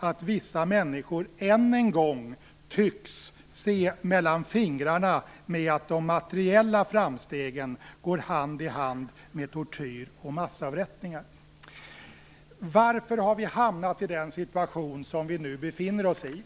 att vissa människor än en gång tycks se mellan fingrarna med att de materiella framstegen går hand i hand med tortyr och massavrättningar. Varför har vi hamnat i den situation vi nu befinner oss i?